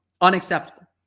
unacceptable